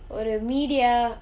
ஒரு:oru media